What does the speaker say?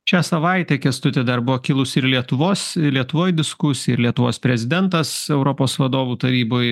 šią savaitę kęstuti dar buvo kilusi ir lietuvos ir lietuvoj diskusija ir lietuvos prezidentas europos vadovų taryboj